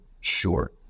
sure